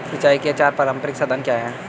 सिंचाई के चार पारंपरिक साधन क्या हैं?